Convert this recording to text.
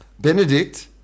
Benedict